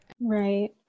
Right